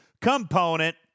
component